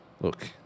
look